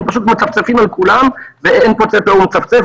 הם פשוט מצפצפים על כולם ואין פוצה פה ומצפצף.